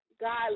God